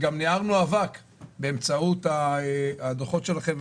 וגם ניהלנו מאבק באמצעות הדוחות שלכם,